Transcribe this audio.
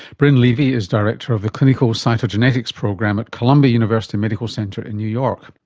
brynn levy is director of the clinical cytogenetics program at columbia university medical center in new york.